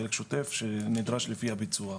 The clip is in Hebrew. חלק שוטף שנדרש לפי הביצוע.